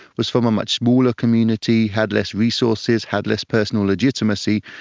was from a much smaller community, had less resources, had less personal legitimacy,